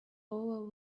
over